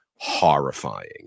horrifying